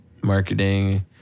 marketing